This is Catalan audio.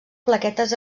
plaquetes